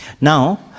now